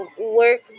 work